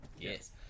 yes